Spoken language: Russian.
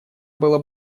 было